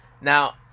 Now